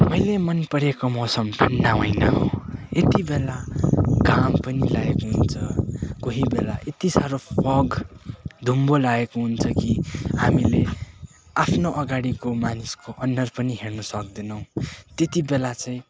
मैले मन परेको मौसम ठन्डा महिना हो यतिबेला घाम पनि लागेको हुन्छ कोही बेला यति साह्रो फग धुम्म लागेको हुन्छ कि हामीले आफ्नो अगाडिको मानिसको अनुहार पनि हेर्न सक्दैनौँ त्यति बेला चाहिँ